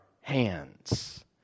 hands